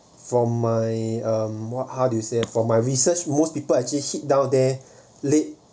from my um how do you say for my research most people actually hit down there late